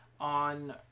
on